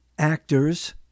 actors